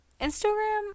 Instagram